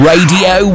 Radio